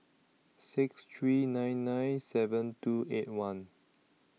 six three nine nine seven two eight one